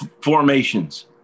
Formations